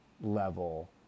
level